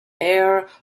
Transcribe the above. heir